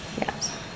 Yes